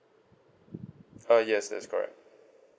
uh yes that's right